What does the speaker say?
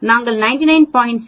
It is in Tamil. நாங்கள் 99